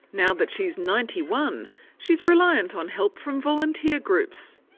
now that she's ninety one she's reliant on help from volunteer groups.